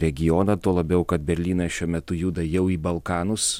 regioną tuo labiau kad berlynas šiuo metu juda jau į balkanus